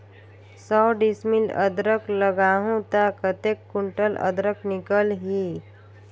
सौ डिसमिल अदरक लगाहूं ता कतेक कुंटल अदरक निकल ही?